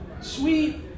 Sweet